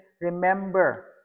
remember